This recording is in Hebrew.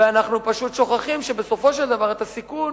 ואנחנו פשוט שוכחים שבסופו של דבר את הסיכון